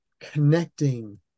connecting